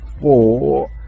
four